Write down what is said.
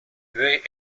they